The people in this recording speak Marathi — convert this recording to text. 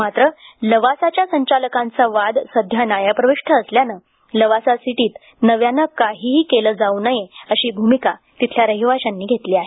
मात्र लवासाच्या संचालकांचा वाद सध्या न्यायप्रविष्ट असल्यानं लवासा सिटीत नव्यानं काहीही केलं जाऊ नये अशी भूमिका तिथल्या रहिवाशांनी घेतली आहे